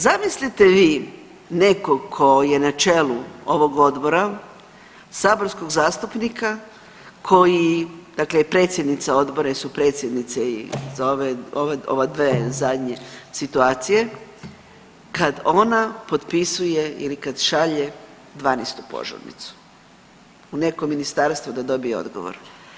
Zamislite vi nekog tko je na čelu ovog odbora, saborskog zastupnika koji dakle predsjednica odbora jer su predsjednice i, za ove dvije zadnje situacije kad ona potpisuje ili kad šalje 12 požurnicu u neko ministarstvo da dobije odgovor.